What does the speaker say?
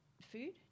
Food